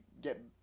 get